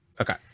Okay